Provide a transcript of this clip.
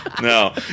No